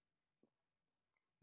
कमी वेळचं कर्ज कस मिळवाचं?